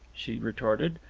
she retorted.